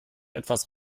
etwas